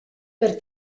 per